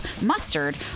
mustard